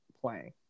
playing